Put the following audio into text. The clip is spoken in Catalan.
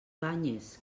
banyes